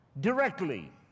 directly